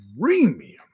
premium